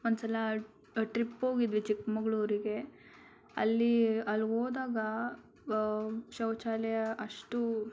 ಒಂದು ಸಲ ಟ್ರಿಪ್ ಹೋಗಿದ್ವಿ ಚಿಕ್ಕಮಗ್ಳೂರಿಗೆ ಅಲ್ಲಿ ಅಲ್ಲಿ ಹೋದಾಗ ಶೌಚಾಲಯ ಅಷ್ಟು